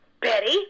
Betty